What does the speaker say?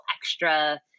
extra